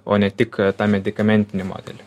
o ne tik tą medikamentinį modelį